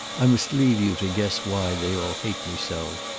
i must leave you to guess why they all hate me so!